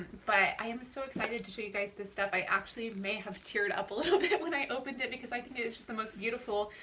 but i am so excited to show you guys this stuff! i actually may have teared up a little bit when i opened it, because i think it's just the most beautiful,